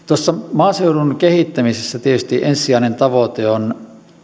maaseudun kehittämisessä tietysti ensisijainen tavoite on